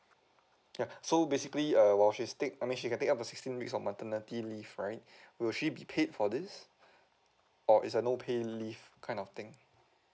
ya so basically uh while she takes I mean she can take up to sixteen weeks of maternity leave right will she be paid for this or it's a no pay leave kind of thing